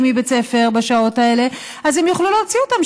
מבית ספר בשעות האלה אז הם יוכלו להוציא אותם,